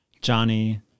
Johnny